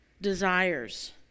desires